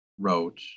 Wrote